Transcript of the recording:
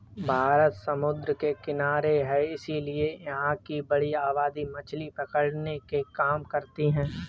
भारत समुद्र के किनारे है इसीलिए यहां की बड़ी आबादी मछली पकड़ने के काम करती है